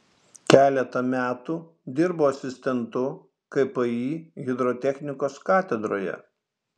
keletą metų dirbo asistentu kpi hidrotechnikos katedroje